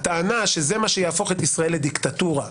הטענה שזה מה שיהפוך את ישראל לדיקטטורה,